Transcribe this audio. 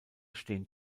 stehen